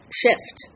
shift